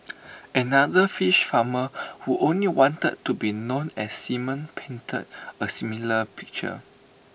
another fish farmer who only wanted to be known as simon painted A similar picture